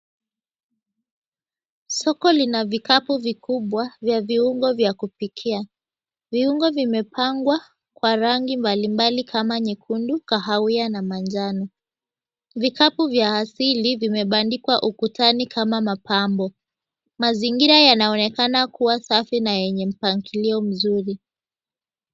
Soko lina vikapu vikubwa, vya viungo vya kupikia. Viungo vimepangwa kwa rangi mbalimbali kama; nyekundu, kahawia na manjano. Vikapu vya asili vimebandikwa ukutani kama mapambo. Mazingira yanaonekana kuwa safi na yenye mpangilio mzuri.